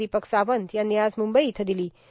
दोपक सावंत यांनी आज मुंबई इथ दिलों